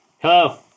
Hello